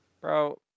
Bro